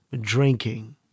drinking